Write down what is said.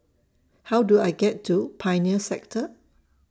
How Do I get to Pioneer Sector